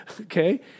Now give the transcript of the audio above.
okay